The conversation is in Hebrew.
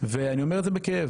ואני אומר את זה בכאב,